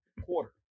Quarter